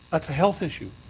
that's a health issue,